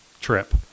trip